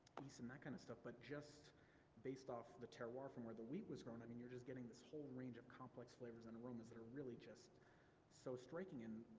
yeast and that kind of stuff, but just based off the terroir from where the wheat was grown i mean you're getting this whole range of complex flavors and aromas that are really just so striking and,